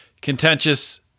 contentious